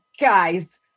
guys